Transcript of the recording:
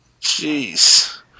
Jeez